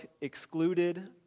excluded